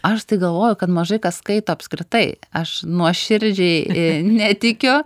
aš tai galvoju kad mažai kas skaito apskritai aš nuoširdžiai a netikiu